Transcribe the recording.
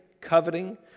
coveting